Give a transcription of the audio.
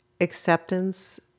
acceptance